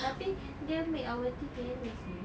tapi dia make our teeth yellow seh